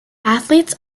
athletes